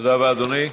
תודה רבה, אדוני.